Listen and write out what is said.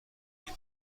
این